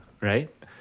right